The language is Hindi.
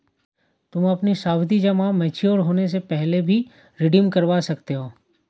तुम अपनी सावधि जमा मैच्योर होने से पहले भी रिडीम करवा सकते हो